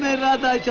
radha.